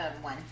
one